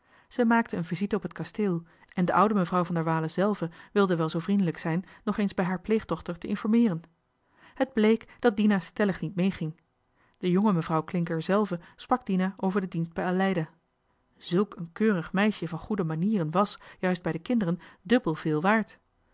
zij maakte een visite op het kasteel en de oude mevrouw van der waele zelve wilde wel zoo vriendelijk zijn nog eens bij hare pleegdochter te informeeren het bleek dat dina beslist niet meeging de jonge mevrouw klincker zelve sprak dina over den dienst bij aleida zulk een keurig meisje van goede manieren was juist bij de kinderen dubbel veel waard